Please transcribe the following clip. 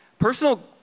personal